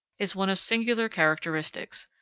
is one of singular characteristics.